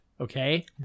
Okay